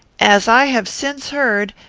as i have since heard,